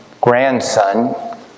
grandson